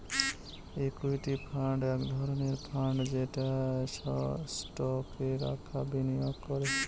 equity fund এক ধরনের fund যেটা স্টকে টাকা বিনিয়োগ করে